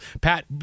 Pat